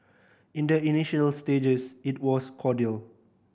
in the initial stages it was cordial